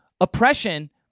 oppression